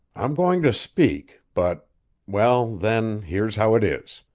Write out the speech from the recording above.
i'm going to speak, but well, then, here's how it is!